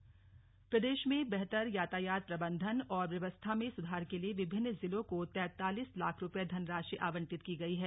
यातायात सुधार प्रदेश में बेहतर यातायात प्रबन्धन और व्यवस्था में सुधार के लिए विभिन्न जिलों को तैंतालीस लाख रुपये धनराशि आंवटित की गई है